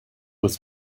was